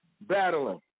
Battling